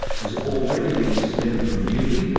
has already been suspended from duty,